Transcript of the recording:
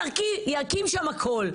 שיקים שם הכול.